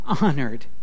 honored